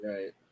Right